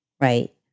right